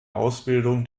ausbildung